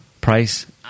price